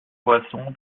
poisson